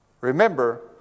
remember